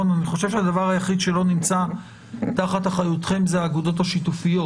אני חושב שהדבר היחיד שלא נמצא תחת אחריותכם אלה הן האגודות השיתופיות.